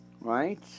Right